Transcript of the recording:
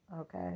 Okay